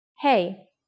Hey